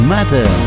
Matter